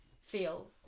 feel